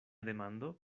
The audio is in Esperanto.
demando